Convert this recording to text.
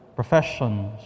professions